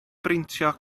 brintio